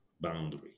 boundary